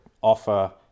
offer